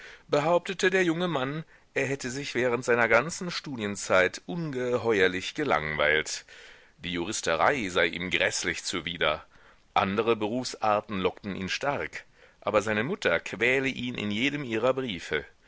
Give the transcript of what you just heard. behauptete der junge mann er hätte sich während seiner ganzen studienzeit ungeheuerlich gelangweilt die juristerei sei ihm gräßlich zuwider andere berufsarten lockten ihn stark aber seine mutter quäle ihn in jedem ihrer briefe